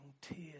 tears